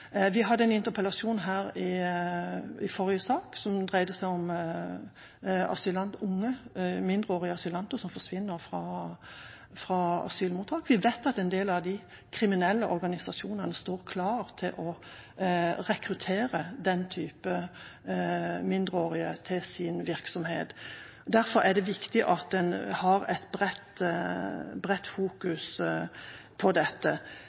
Vi hadde en interpellasjon i forrige sak som dreide seg om unge mindreårige asylanter som forsvinner fra asylmottak. Vi vet at en del av de kriminelle organisasjonene står klare til å rekruttere den type mindreårige til sin virksomhet. Derfor er det viktig at en fokuserer bredt på dette.